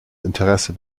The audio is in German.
interesse